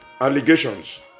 allegations